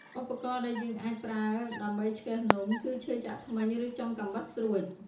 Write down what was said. ឧបករណ៍ដែលយើងអាចប្រើដើម្បីឆ្កឹះនំ គឺឈើចាក់ធ្មេញ ឬចុងកាំបិតស្រួច។